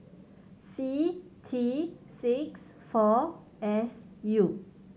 C T six four S U